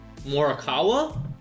Morikawa